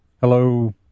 hello